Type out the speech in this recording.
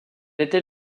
était